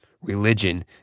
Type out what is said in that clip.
religion